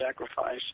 sacrifice